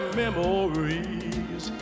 memories